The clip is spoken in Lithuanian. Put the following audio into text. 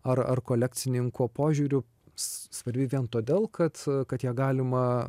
ar ar kolekcininko požiūriu svarbi vien todėl kad kad ją galima